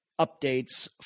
updates